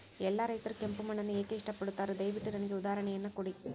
ಎಲ್ಲಾ ರೈತರು ಕೆಂಪು ಮಣ್ಣನ್ನು ಏಕೆ ಇಷ್ಟಪಡುತ್ತಾರೆ ದಯವಿಟ್ಟು ನನಗೆ ಉದಾಹರಣೆಯನ್ನ ಕೊಡಿ?